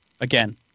again